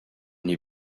n’ai